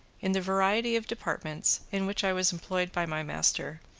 in the variety of departments in which i was employed by my master,